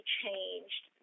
changed